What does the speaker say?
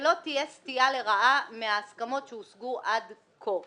שלא תהיה סטייה לרעה מההסכמות שהושגו עד כה,